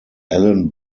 alan